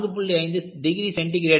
5 degree centigrade ஆகும்